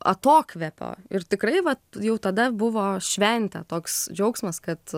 atokvėpio ir tikrai vat jau tada buvo šventė toks džiaugsmas kad